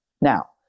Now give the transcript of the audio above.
Now